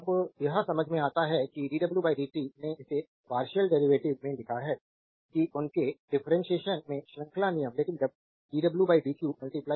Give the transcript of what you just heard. अब यह समझ में आता है कि dw dt ने इसे पार्शियल डेरीवेटिव में लिखा है कि उनके डिफ्रेंटिएशन के श्रृंखला नियम लेकिन dw dq dq dt